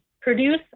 produce